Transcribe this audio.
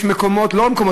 יש מקומות לא מעטים,